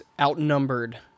outnumbered